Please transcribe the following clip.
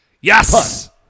yes